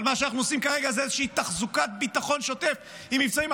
מה שאנחנו עושים כרגע זה איזושהי תחזוקת ביטחון שוטף עם מבצעים.